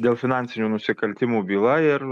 dėl finansinių nusikaltimų byla ir